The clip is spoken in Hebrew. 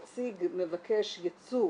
יציג מבקש ייצוא